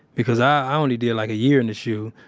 because i only did like a year in the shu.